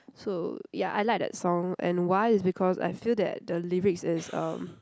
so ya I like that song and why is because I feel that the lyrics is um